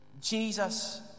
Jesus